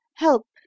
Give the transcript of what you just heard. help